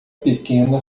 pequena